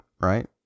right